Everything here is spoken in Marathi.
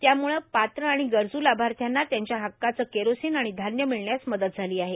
त्यामुळ पात्र आर्गण गरजू लाभाथ्याना त्यांच्या हक्काचं केरोसीन आर्गण धान्य र्मिळण्यास मदत झालां आहे